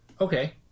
okay